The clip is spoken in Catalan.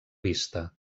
vista